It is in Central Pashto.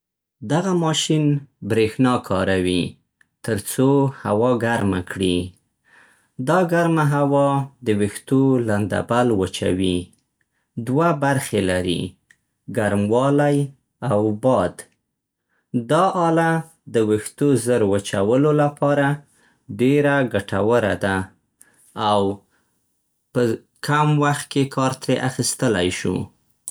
دغه ماشین برېښنا کاروي؛ ترڅو هوا ګرمه کړي. دا ګرمه هوا د ویښتو لندبل وچوي. دوه برخې لري: ګرموالی او باد. دا اله د ویښتو زر وچولو لپاره ډېره ګټوره ده او په کم وخت کې کار ترې اخيستلی شو.